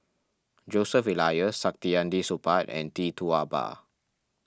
Joseph Elias Saktiandi Supaat and Tee Tua Ba